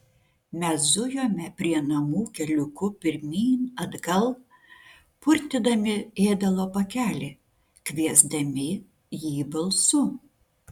mes zujome prie namų keliuku pirmyn atgal purtydami ėdalo pakelį kviesdami jį balsu